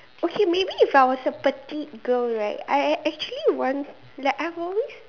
okay maybe if I was a petite girl right I I actually want like I've always